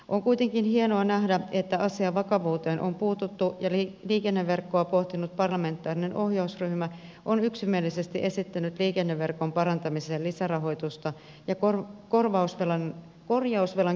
on kuitenkin hienoa nähdä että asian vakavuuteen on puututtu ja liikenneverkkoa pohtinut parlamentaarinen ohjausryhmä on yksimielisesti esittänyt liikenneverkon parantamiseen lisärahoitusta ja korjausvelan kääntämistä laskuun